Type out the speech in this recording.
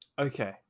Okay